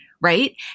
right